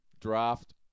Draft